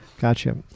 gotcha